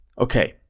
okay,